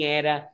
era